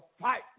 fight